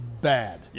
bad